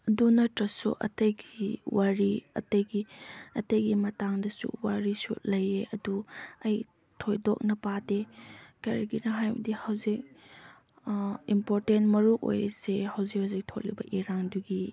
ꯑꯗꯨ ꯅꯠꯇ꯭ꯔꯁꯨ ꯑꯇꯩꯒꯤ ꯋꯥꯔꯤ ꯑꯇꯩꯒꯤ ꯑꯇꯩꯒꯤ ꯃꯇꯥꯡꯗꯁꯨ ꯋꯥꯔꯤꯁꯨ ꯂꯩꯌꯦ ꯑꯗꯨ ꯑꯩ ꯊꯣꯏꯗꯣꯛꯅ ꯄꯥꯗꯦ ꯀꯔꯤꯒꯤꯅꯣ ꯍꯥꯏꯕꯗꯤ ꯍꯧꯖꯤꯛ ꯏꯝꯄꯣꯔꯇꯦꯟ ꯃꯔꯨꯑꯣꯏꯔꯤꯁꯤ ꯍꯧꯖꯤꯛ ꯍꯧꯖꯤꯛ ꯊꯣꯛꯂꯤꯕ ꯏꯔꯥꯡꯗꯨꯒꯤ